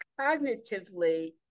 cognitively